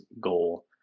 goal